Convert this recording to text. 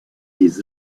des